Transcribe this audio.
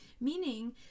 meaning